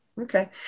Okay